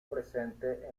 presente